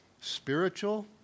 spiritual